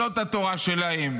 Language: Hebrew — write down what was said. זאת התורה שלהם.